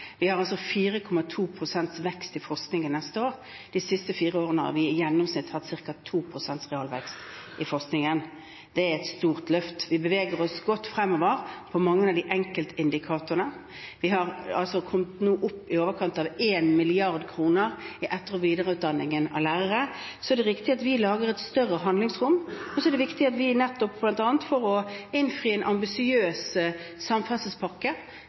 Vi har 4,2 pst. vekst i forskningen neste år. De siste fire årene har vi i gjennomsnitt hatt ca. 2 pst. realvekst i forskningen. Det er et stort løft. Vi beveger oss godt fremover på mange av enkeltindikatorene – vi har nå kommet opp i i overkant av 1 mrd. kr i etter- og videreutdanningen av lærere. Så er det riktig at vi lager et større handlingsrom, bl.a. for å innfri en ambisiøs samferdselspakke, som vi